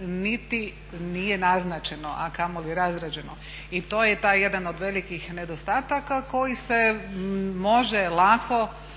niti nije naznačeno a kamoli razrađeno. I to je taj jedan od velikih nedostataka koji se može lako